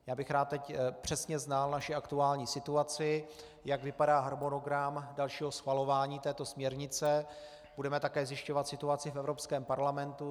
Rád bych teď přesně znal naši aktuální situaci, jak vypadá harmonogram dalšího schvalování této směrnice, budeme také zjišťovat situaci v Evropském parlamentu.